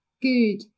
good